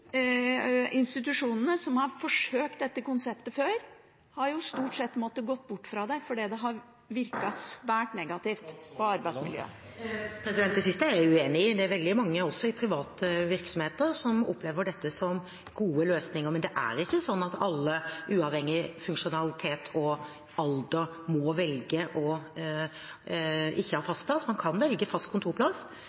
institusjonene som har forsøkt dette konseptet før, har jo stort sett måttet gå bort fra det fordi det har virket svært negativt inn på arbeidsmiljøet. Det siste er jeg uenig i. Det er veldig mange, også i private virksomheter, som opplever dette som gode løsninger. Men det er ikke sånn at alle, uavhengig av funksjonsevne og alder, må velge ikke å ha fast plass. Man kan velge å ha